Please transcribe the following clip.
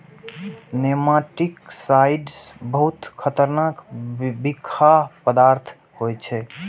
nematicides बहुत खतरनाक बिखाह पदार्थ होइ छै